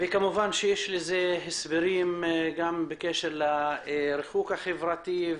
כמובן שיש לזה גם הסברים מהריחוק החברתי,